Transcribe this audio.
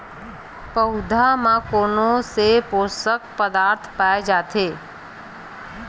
पौधा मा कोन से पोषक पदार्थ पाए जाथे?